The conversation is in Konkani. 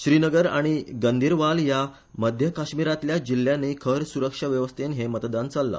श्रीनगर आनी गंदेरवाल ह्या मध्यकाश्मिरातल्या जिल्ल्यानी खर सुरक्षा वेवस्थेन हे मतदान चल्ला